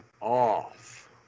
off